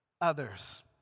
Others